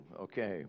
okay